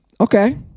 Okay